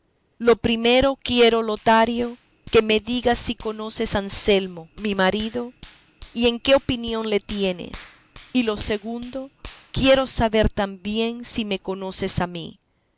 lo primero quiero lotario que me digas si conoces a anselmo mi marido y en qué opinión le tienes y lo segundo quiero saber también si me conoces a mí